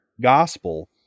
gospel